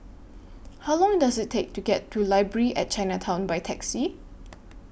How Long Does IT Take to get to Library At Chinatown By Taxi